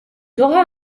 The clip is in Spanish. hojas